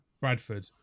Bradford